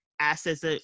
assets